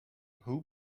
who